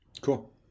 Cool